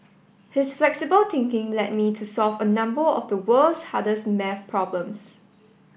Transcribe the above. his flexible thinking led me to solve a number of the world's hardest maths problems